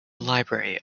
library